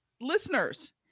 Listeners